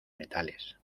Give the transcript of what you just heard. metales